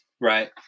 Right